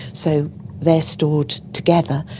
so they are stored together.